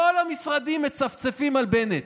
כל המשרדים מצפצפים על בנט.